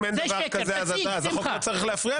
אם אין דבר כזה, אז החוק לא צריך להפריע לך.